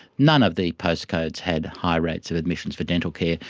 none of the postcodes had high rates of admissions for dental care.